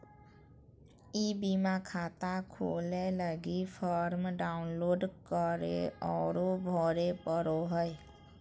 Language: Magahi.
ई बीमा खाता खोलय लगी फॉर्म डाउनलोड करे औरो भरे पड़ो हइ